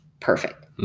Perfect